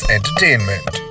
Entertainment